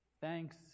Thanks